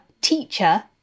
teacher